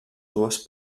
dues